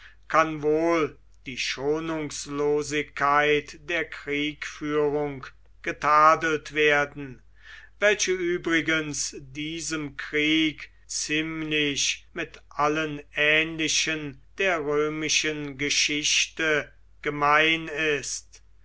kann wohl die schonungslosigkeit der kriegführung getadelt werden welche übrigens diesem krieg ziemlich mit allen ähnlichen der römischen geschichte gemein ist